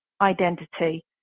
identity